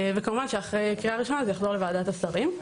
כמובן שאחרי קריאה ראשונה זה יחזור לוועדת השרים.